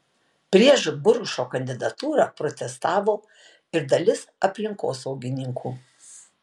prieš burkšo kandidatūrą protestavo ir dalis aplinkosaugininkų